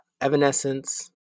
Evanescence